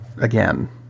again